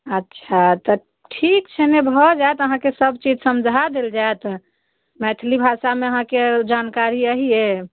अच्छा तऽ ठीऽक छै एहिमे भऽ जाएत अहाँके सब चीज समझा देल जाएत मैथली भाषामे आहाँकेँ जानकारी अहिये